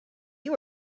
you